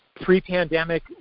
pre-pandemic